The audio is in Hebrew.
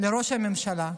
לראש הממשלה: